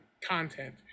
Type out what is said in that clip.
content